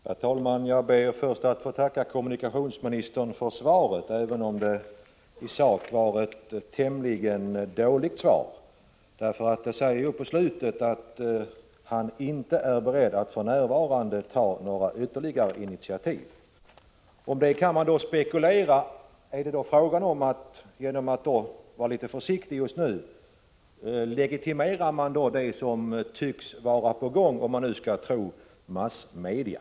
Herr talman! Först ber jag att få tacka kommunikationsministern för svaret. Men jag måste säga att det i sak var ett dåligt svar. I slutet av svaret sägs ju att kommunikationsministern för närvarande inte är beredd att ta några ytterligare initiativ. Med anledning därav kan man spekulera på följande sätt: Är det fråga om att, genom att just nu vara litet försiktig, legitimera det som tycks vara på gång — om man nu får tro massmedia?